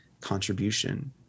contribution